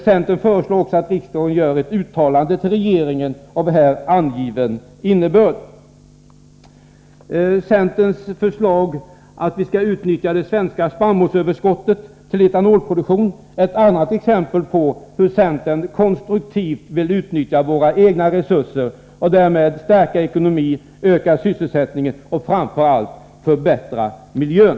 Centern föreslår också att riksdagen gör ett uttalande till regeringen av här angiven innebörd. Förslaget om att utnyttja det svenska spannmålsöverskottet för etanolproduktion är ett annat exempel på hur centern konstruktivt vill ta vara på våra egna resurser och därmed stärka ekonomin, öka sysselsättningen och framför allt förbättra miljön.